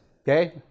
Okay